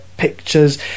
pictures